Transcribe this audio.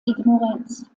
ignoranz